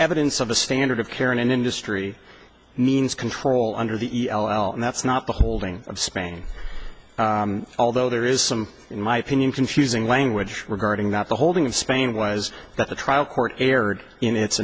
evidence of a standard of care in an industry means control under the e l l and that's not the holding of spain although there is some in my opinion confusing language regarding that the holding of spain was that the trial court erred in its